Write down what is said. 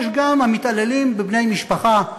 יש גם המתעללים בבני-משפחה בימינו,